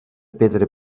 pedra